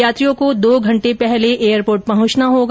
यात्रियों को दो घंटे पहले एयरपोर्ट पहंचना होगा